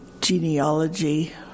genealogy